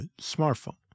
smartphone